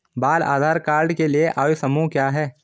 बाल आधार कार्ड के लिए आयु समूह क्या है?